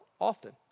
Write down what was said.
often